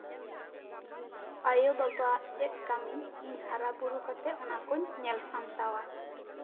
ᱟᱭᱳ ᱵᱟᱵᱟᱜ ᱪᱮᱫ ᱠᱟ ᱢᱤ ᱦᱟᱨᱟ ᱵᱩᱨᱩ ᱠᱟᱛᱮᱜ ᱚᱱᱟ ᱠᱩᱧ ᱧᱮᱞ ᱥᱟᱢᱴᱟᱣᱟ